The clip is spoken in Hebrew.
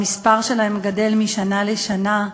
והמספר שלהם גדל משנה לשנה.